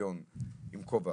באצטדיון עם כובע